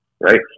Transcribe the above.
Right